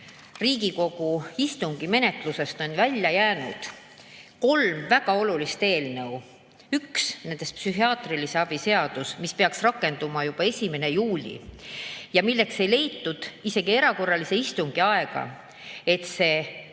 Riigikogu istungi menetlusest välja jäänud kolm väga olulist eelnõu. Üks nendest on psühhiaatrilise abi seadus, mis peaks rakenduma juba 1. juulil ja milleks ei leitud isegi erakorralise istungi aega, et